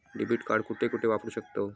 Debit card कुठे कुठे वापरू शकतव?